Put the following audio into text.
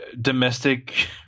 domestic